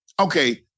Okay